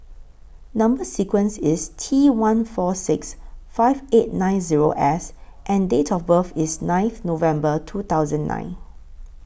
Number sequence IS T one four six five eight nine Zero S and Date of birth IS ninth November two thousand nine